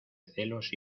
celos